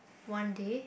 one day